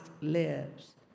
lives